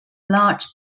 large